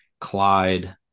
Clyde